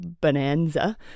Bonanza